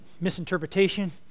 misinterpretation